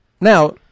now